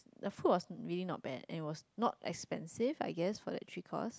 the food was really not bad and it was not expensive I guess for that trip cost